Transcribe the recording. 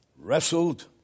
wrestled